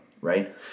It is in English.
right